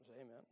Amen